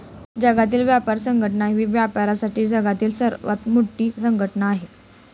जागतिक व्यापार संघटना ही व्यापारासाठी जगातील सर्वात मोठी संघटना आहे